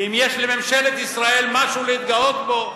ואם יש לממשלת ישראל משהו להתגאות בו,